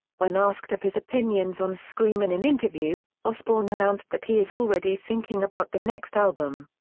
when asked of his opinions on scream in an interview, osbourne announced that he is already thinking about the next album.